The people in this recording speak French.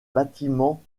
bâtiment